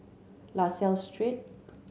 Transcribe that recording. La Salle Street